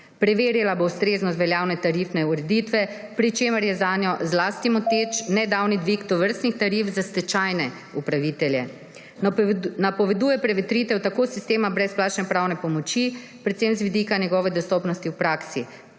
Preverila bo ustreznost veljavne tarifne ureditve, pri čemer je zanjo zlasti moteč nedavni dvig tovrstnih tarif za stečajne upravitelje. Napoveduje prevetritev tako sistema brezplačne pravne pomoči, predvsem z vidika njegove dostopnosti v praksi.